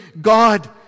God